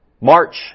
march